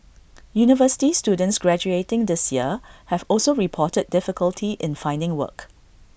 university students graduating this year have also reported difficulty in finding work